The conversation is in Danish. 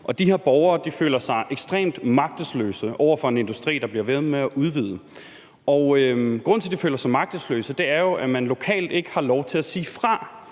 de her borgere føler sig ekstremt magtesløse over for en industri, der bliver ved med at udvide. Grunden til, at de føler sig magtesløse, er jo, at man lokalt ikke har lov til at sige fra